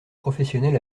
professionnels